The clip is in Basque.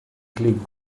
klik